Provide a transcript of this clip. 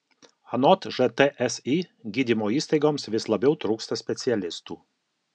anot žtsi gydymo įstaigoms vis labiau trūksta specialistų